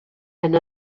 and